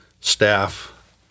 staff